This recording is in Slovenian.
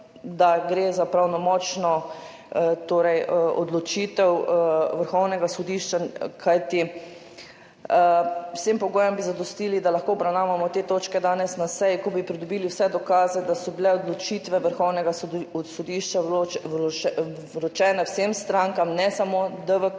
da gre za pravnomočno odločitev Vrhovnega sodišča. Kajti vsem pogojem bi zadostili, da lahko obravnavamo te točke danes na seji, ko bi pridobili vse dokaze, da so bile odločitve Vrhovnega sodišča vročene vsem strankam, ne samo DVK,